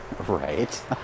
right